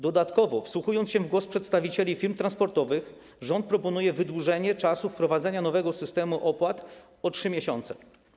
Dodatkowo, wsłuchując się w głos przedstawicieli firm transportowych, rząd proponuje wydłużenie czasu wprowadzania nowego systemu opłat o 3 miesiące.